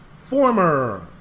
former